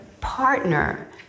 partner